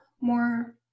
more